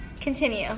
Continue